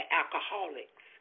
alcoholics